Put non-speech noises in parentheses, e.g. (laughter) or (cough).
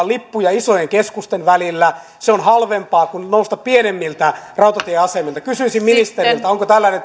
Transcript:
(unintelligible) lippuja isojen keskusten välillä se on halvempaa kuin nousta pienemmiltä rautatieasemilta kysyisin ministeriltä onko tällainen (unintelligible)